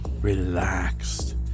relaxed